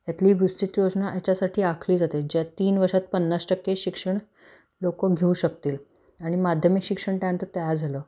यातली योजना याच्यासाठी आखली जाते ज्या तीन वर्षात पन्नास टक्के शिक्षण लोकं घेऊ शकतील आणि माध्यमिक शिक्षण त्यानंतर तयार झालं